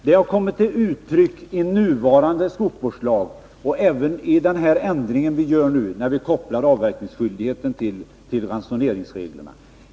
Det har kommit till uttryck i nuvarande skogsvårdslag och även i den ändring vi gör nu, när vi kopplar avverkningsskyldigheten till ransoneringsreglerna.